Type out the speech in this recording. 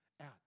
out